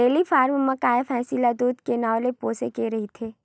dairy farm म गाय, भइसी ल दूद के नांव ले पोसे गे रहिथे